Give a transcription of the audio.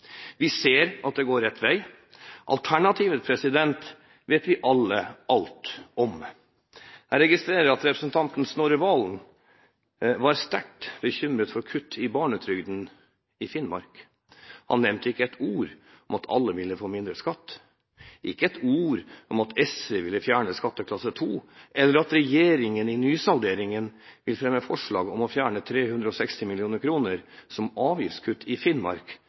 Vi ser at det går rett vei. Alternativet vet vi alle alt om. Jeg registrerte at representanten Snorre Serigstad Valen var sterkt bekymret for kutt i barnetrygden – i Finnmark. Han nevnte ikke et ord om at alle ville få mindre skatt, ikke et ord om at SV ville fjerne skatteklasse 2, eller at regjeringen i nysalderingen vil fremme forslag om å fjerne 360 mill. kr som avgiftskutt i Finnmark